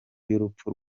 y’urupfu